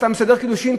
אתה מסדר קידושין,